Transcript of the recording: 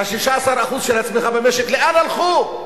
ה-16% של הצמיחה במשק, לאן הלכו?